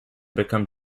become